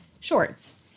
shorts